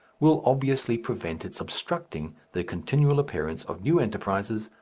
will obviously prevent its obstructing the continual appearance of new enterprises,